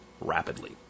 rapidly